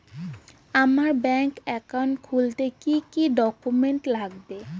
আমার bank account খুলতে কি কি ডকুমেন্ট লাগবে?